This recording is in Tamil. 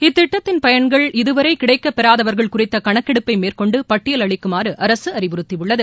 இத்திட்டத்தின் பயன்கள் இதுவரை கிடைக்கப் பெறாதவர்கள் குறித்த கணக்கெடுப்பை மேற்கொண்டு பட்டியல் அளிக்குமாறு அரசு அறிவுறுத்தியுள்ளது